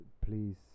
please